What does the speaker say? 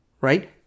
right